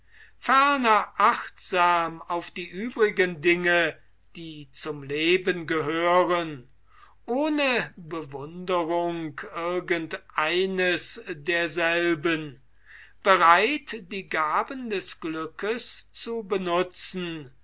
ferner achtsam auf die übrigen dinge die zum leben gehören ohne bewunderung irgend eines derselben bereit die gaben des glückes zu benutzen